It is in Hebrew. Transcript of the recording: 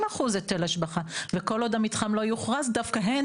מחילים את עילת הסירוב שבחוק פינוי ובינוי,